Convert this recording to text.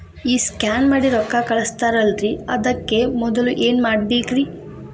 ಈ ಸ್ಕ್ಯಾನ್ ಮಾಡಿ ರೊಕ್ಕ ಕಳಸ್ತಾರಲ್ರಿ ಅದಕ್ಕೆ ಮೊದಲ ಏನ್ ಮಾಡ್ಬೇಕ್ರಿ?